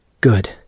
Good